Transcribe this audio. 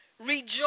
Rejoice